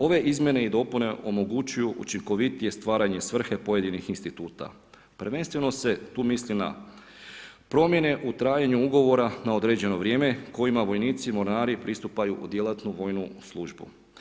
Ove izmjene i dopune omogućuju učinkovitije stvaranje svrhe pojedinih instituta, prvenstveno se tu misli na promjene u trajanju ugovora na određeno vrijeme kojima vojnici, mornari pristupaju u djelatnu vojnu službu.